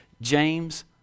James